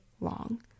long